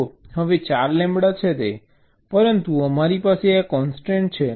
જુઓ હવે 4 લેમ્બડા છે પરંતુ અમારી પાસે આ કોન્સ્ટ્રેન્ટ છે